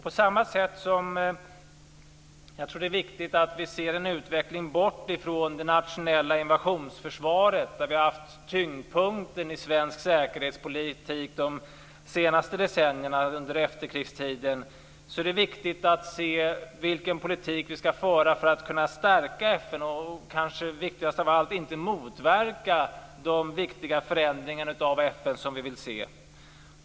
På samma sätt som jag tror att det är viktigt att vi ser en utveckling bort ifrån det nationella invasionsförsvaret, där vi har haft tyngdpunkten i svensk säkerhetspolitik de senaste decennierna under efterkrigstiden, tror jag att det är viktigt att se vilken politik vi skall föra för att kunna stärka FN och, kanske viktigast av allt, inte motverka de förändringar av FN som vi vill se.